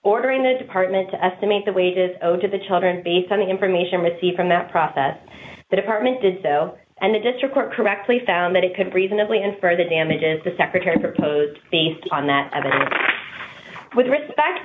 ordering the department to estimate the wages over to the children based on the information received from that process the department did so and the district court correctly found that it could reasonably infer the damages the secretary proposed based on that evidence with respect